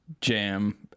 jam